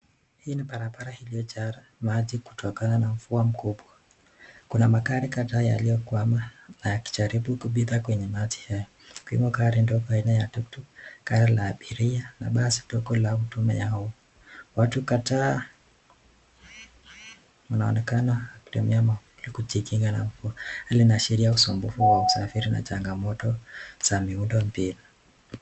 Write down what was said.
Hii ni barabara iliyojaa maji kutokana na mvua mkubwa. Kuna magari kadhaa yaliyokwama na yakijaribu kupita kwenye maji haya. Kuna gari ndogo aina ya tuktuk, gari la abiria na basi dogo la mtu nyuma yao. Watu kadhaa wanaonekana wakitumia mwavuli kujikinga na mvua hili linaashiria usumbufu wa usafiri na changamoto za miundo mbinu.